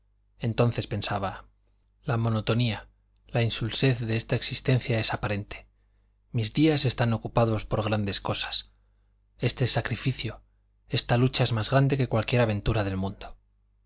entonces pensaba la monotonía la insulsez de esta existencia es aparente mis días están ocupados por grandes cosas este sacrificio esta lucha es más grande que cualquier aventura del mundo